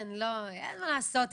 מה לעשות,